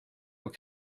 aux